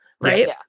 Right